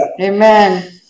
Amen